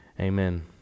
amen